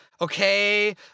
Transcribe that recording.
Okay